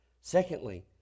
Secondly